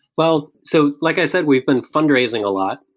well, so like i said, we've been fundraising a lot.